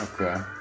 Okay